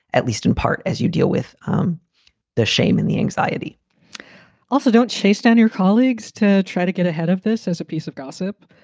at least in part as you deal with um the shame and the anxiety also, don't chase down your colleagues to try to get ahead of this as a piece of gossip.